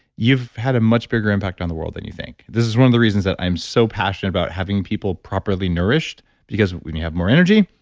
you've had a much bigger impact on the world than you think. this is one of the reasons that i'm so passionate about having people properly nourished because when you have more energy,